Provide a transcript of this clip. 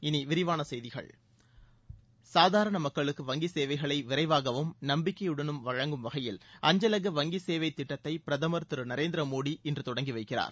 இனி விரிவான செய்திகள் சாதாரண மக்களுக்கு வங்கி சேவைகளை விரைவாகவும் நம்பிக்கையுடனும் வழங்கும் வகையில் அஞ்சலக வங்கி சேவை திட்டத்தை பிரதமர் திரு நரேந்திர மோடி இன்று தொடங்கி வைக்கிறார்